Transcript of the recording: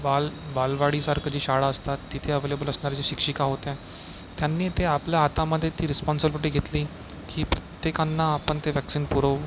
बाल बालवाडीसारखं जे शाळा असतात तिथे ॲव्हेलेबल असणाऱ्या ज्या शिक्षिका होत्या त्यांनी ते आपल्या हातामध्ये ती रिस्पॉन्सिबिलीटी घेतली की प्रत्येकांना आपण ते वॅक्सीन पुरवू